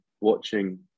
watching